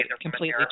completely